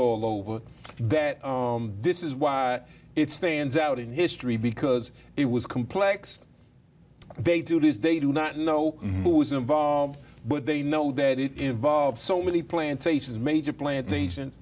all over that this is why it stands out in history because it was complex they do this they do not know who is involved but they know that it involves so many plantations major